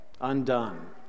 undone